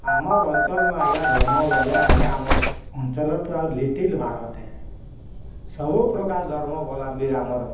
ଆମର୍ ଅଞ୍ଚଲ୍ର୍ ଆଜ୍ଞା ଧର୍ମ ବୋଇଲେ ଆମର୍ ଆଜ୍ଞା ଅଞ୍ଚଲ୍ର ପ୍ରାୟ ଲିଟିଲ୍ ଭାରତ୍ ହେ ସବୁ ପ୍ରକାର ଧର୍ମ ବଲାଙ୍ଗୀର୍